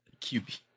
QB